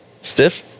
stiff